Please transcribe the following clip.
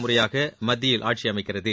முறையாக மத்தியில் ஆட்சியமைக்கிறது